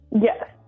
Yes